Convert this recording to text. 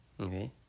okay